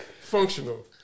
functional